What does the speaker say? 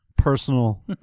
Personal